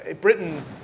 Britain